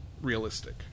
realistic